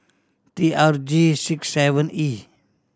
T R G six seven E